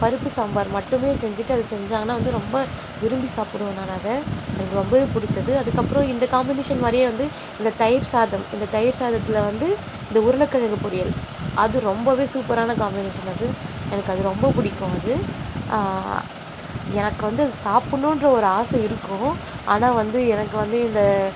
பருப்பு சாம்பார் மட்டுமே செஞ்சுட்டு அதை செஞ்சாங்கன்னால் வந்து ரொம்ப விரும்பி சாப்பிடுவேன் நான் அதை எனக்கு ரொம்பவே பிடிச்சது அதுக்கப்றம் இந்த காம்பினேஷன் மாதிரியே வந்து இந்த தயிர் சாதம் இந்த தயிர் சாதத்தில் வந்து இந்த உருளைக்கெழங்கு பொரியல் அது ரொம்பவே சூப்பரான காம்பினேஷன் அது எனக்கு அது ரொம்ப பிடிக்கும் அது எனக்கு வந்து அதை சாப்பிட்ணுன்ற ஒரு ஆசை இருக்கும் ஆனால் வந்து எனக்கு வந்து இந்த